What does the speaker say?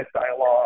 dialogue